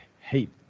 hate